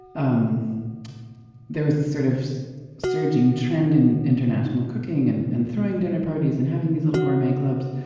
um there was this sort of surging trend in international cooking, and and throwing dinner parties, and having these little gourmet clubs.